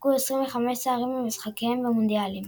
כשספגו 25 שערים במשחקיהם במונדיאלים.